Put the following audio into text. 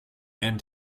and